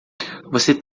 você